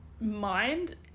mind